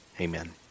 amen